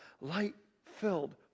light-filled